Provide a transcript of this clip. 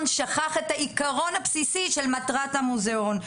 שכח את העיקרון הבסיסי של מטרת המוזיאון.